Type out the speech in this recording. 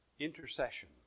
Intercession